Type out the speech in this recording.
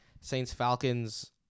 Saints-Falcons